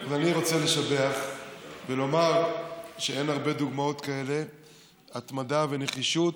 אז אני רוצה לשבח ולומר שאין הרבה דוגמאות כאלה להתמדה ונחישות,